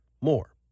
more